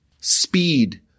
Speed